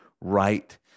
right